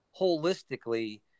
holistically